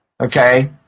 Okay